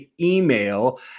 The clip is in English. email